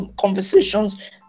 conversations